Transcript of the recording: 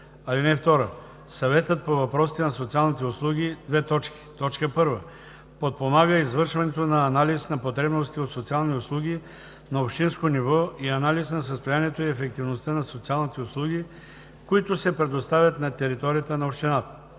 3 – 7. (2) Съветът по въпросите на социалните услуги: 1. подпомага извършването на анализ на потребностите от социални услуги на общинско ниво и анализ на състоянието и ефективността на социалните услуги, които се предоставят на територията на общината;